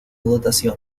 dotación